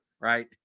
Right